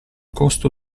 costo